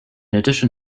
addition